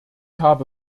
habe